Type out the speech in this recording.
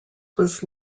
was